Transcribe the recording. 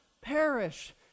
perish